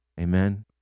Amen